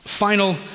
final